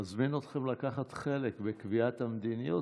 אני מזמין אתכם לקחת חלק בקביעת המדיניות,